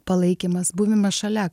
palaikymas buvimas šalia